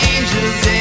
Angels